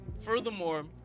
furthermore